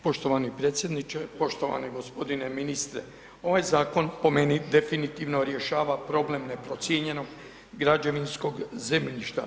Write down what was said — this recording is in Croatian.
Poštovani predsjedniče, poštovani gospodine ministre ovaj zakon po meni definitivno rješava problem neprocijenjenog građevinskog zemljišta.